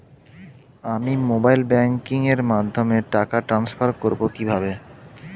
আমি mobile banking এর মাধ্যমে টাকা টান্সফার করব কিভাবে?